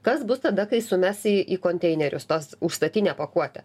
kas bus tada kai sumes į konteinerius tas užstatinę pakuotę